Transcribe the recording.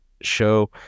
show